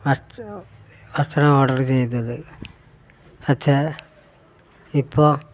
ഭക്ഷണം ഓർഡര് ചെയ്തത് പക്ഷേ ഇപ്പോള്